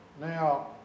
now